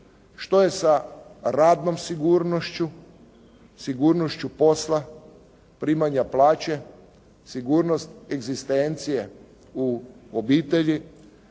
Što je sa radnom sigurnošću? Sigurnošću posla, primanja plaće? Sigurnost egzistencije u obitelji?